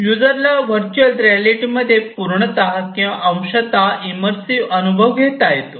युजरला व्हर्च्युअल रियालिटीमध्ये पूर्णतः किंवा अंशतः इमरसिव अनुभव घेता येतो